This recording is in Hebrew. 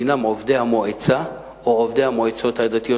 הם עובדי המועצה או עובדי המועצות הדתיות